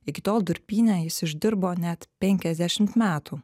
iki tol durpyne jis išdirbo net penkiadešimt metų